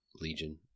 Legion